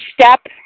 step